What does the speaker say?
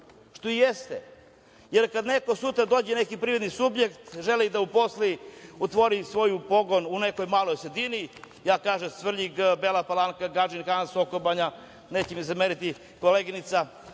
što i jeste, jer kad neko sutra dođe, neki privredni subjekt želi da uposli, otvori svoj pogon u nekoj maloj sredini, ja kažem Svrljig, Bela Palanka i Gadžin Han, Sokobanja, neće mi zameriti koleginica,